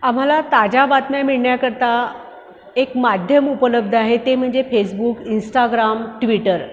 आम्हाला ताज्या बातम्या मिळण्याकरता एक माध्यम उपलब्ध आहे ते म्हणजे फेसबुक इंस्टाग्राम ट्विटर